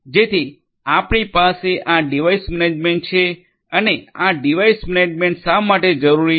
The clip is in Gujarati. જેથી આપણી પાસે આ ડિવાઇસ મેનેજમેન્ટ છે અને આ ડિવાઇસ મેનેજમેન્ટ શા માટે જરૂરી છે